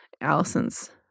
Allison's